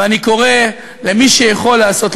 ואני קורא למי שיכול לעשות,